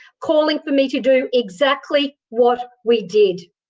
calling for me to do exactly what we did.